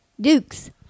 Dukes